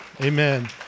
amen